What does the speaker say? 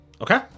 Okay